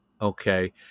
okay